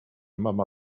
mama